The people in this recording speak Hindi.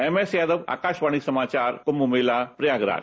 एमएसयादव आकाशवाणी समाचार कुम्ममेला प्रयागराज